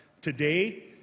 Today